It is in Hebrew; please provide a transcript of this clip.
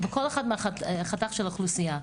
בכל אחת מחתך האוכלוסייה.